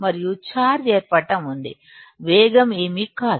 మరియు ఛార్జ్ ఏర్పడటం ఉంది వేగం ఏమీ కాదు